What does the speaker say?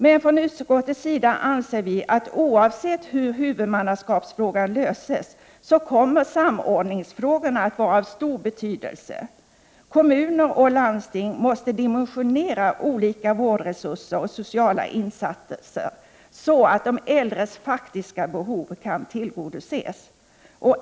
Men utskottet anser att oavsett hur huvudmannaskapsfrågan löses, så kommer samordningsfrågorna att vara av stor betydelse. Kommuner och landsting måste dimensionera olika vårdresurser och sociala insatser så att de äldres faktiska behov kan tillgodoses.